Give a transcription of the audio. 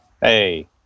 Hey